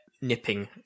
nipping